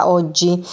oggi